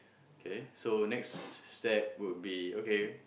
okay so next step would be okay